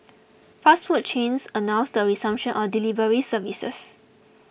fast food chains announced the resumption of delivery services